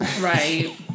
Right